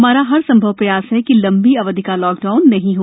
हमारा हरसंभव प्रयास है कि लम्बी अवधि का लॉकडाउन नहीं हो